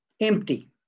empty